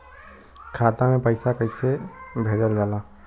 खाता में पैसा कैसे भेजल जाला?